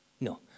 no